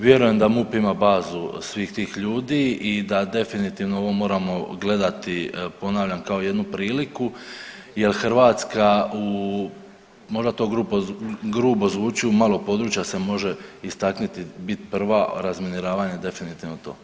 Vjerujem da MUP ima bazu svih tih ljudi i da definitivno ovo moramo gledati ponavljam kao jednu priliku jel Hrvatska u, možda to grubo zvuči, u malo područja se može istakniti bit prva, a razminiravanje je definitivno to.